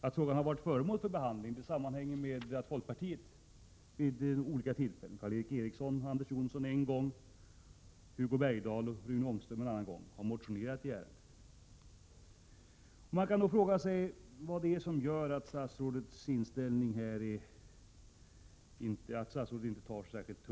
Att frågan varit föremål för behandling sammanhänger med att folkpartiet vid olika tillfällen har motionerat i ärendet — Karl Erik Eriksson och Anders Jonsson en gång och Hugo Bergdahl och Rune Ångström en annan gång. Man kan då fråga sig varför statsrådet inte tar så allvarligt på denna fråga.